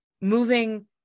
moving